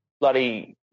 bloody